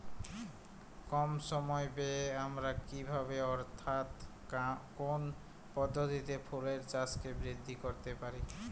কম সময় ব্যায়ে আমরা কি ভাবে অর্থাৎ কোন পদ্ধতিতে ফুলের চাষকে বৃদ্ধি করতে পারি?